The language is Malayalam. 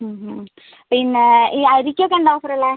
മ് മ് മ് പിന്നെ ഈ അരിക്കൊക്കെ എന്താണ് ഓഫർ ഉള്ളത്